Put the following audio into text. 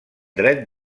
dret